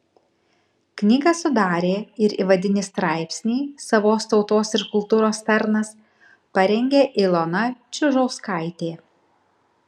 knygą sudarė ir įvadinį straipsnį savos tautos ir kultūros tarnas parengė ilona čiužauskaitė